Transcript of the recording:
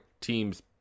teams